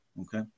Okay